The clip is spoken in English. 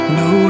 no